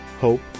hope